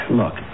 look